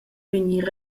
vegnir